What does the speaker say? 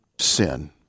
Sin